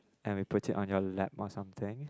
and we put it on your lap or something